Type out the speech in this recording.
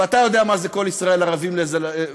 ואתה יודע מה זה כל ישראל ערבים זה לזה,